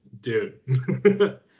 dude